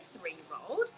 three-year-old